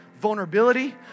vulnerability